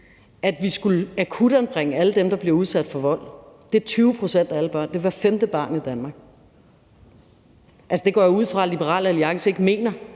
at vi skulle akutanbringe alle dem, der bliver udsat for vold. Det er 20 pct. af alle børn; det er hvert femte barn i Danmark. Jeg går ud fra, at Liberal Alliance ikke mener,